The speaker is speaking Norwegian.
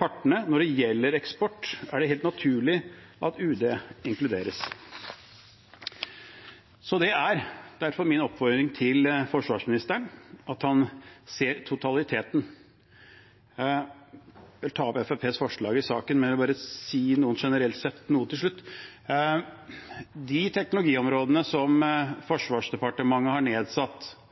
partene når det gjelder eksport, er det helt naturlig at UD inkluderes. Det er derfor min oppfordring til forsvarsministeren at han ser totaliteten. Jeg tar opp Fremskrittspartiets forslag i saken, men jeg vil si noe generelt til slutt. De teknologiområdene som Forsvarsdepartementet har